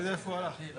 ברשות אנחנו נתחיל